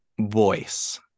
voice